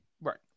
right